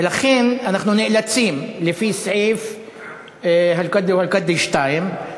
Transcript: ולכן אנחנו נאלצים, לפי סעיף כד'א וכד'א(2),